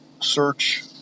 search